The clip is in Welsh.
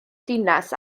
dinas